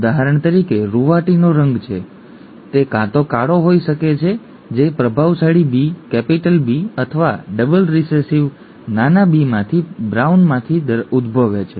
ઉદાહરણ તરીકે રૂંવાટીનો રંગ છે તે કાં તો કાળો હોઈ શકે છે જે પ્રભાવશાળી B કેપિટલ B અથવા ડબલ રિસેસિવ નાના બીમાંથી બ્રાઉનમાંથી ઉદભવે છે